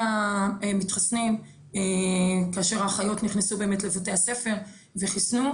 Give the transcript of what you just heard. נתוני המתחסנים כאשר האחיות נכנסו באמת לבתי הספר וחיסנו.